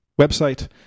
website